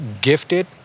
gifted